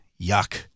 Yuck